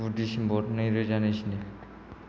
गु डिसेम्ब'र नैरोजा नैजिनै